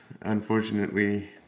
unfortunately